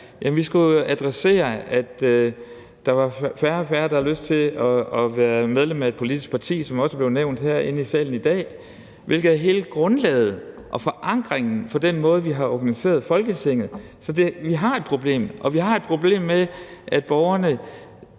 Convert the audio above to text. vi skulle jo adressere, at der var færre og færre, der havde lyst til at være medlem af et politisk parti, som det også er blevet nævnt her i salen i dag, hvilket er hele grundlaget og forankringen for den måde, vi har organiseret Folketinget på. Så vi har et problem, og vi har et problem med, at borgerne